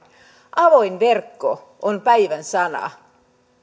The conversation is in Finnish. avoin verkko on päivän sana